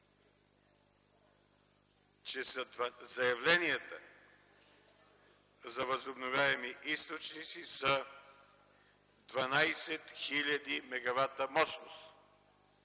че заявленията за възобновяеми източници са 12 000 мегавата мощност,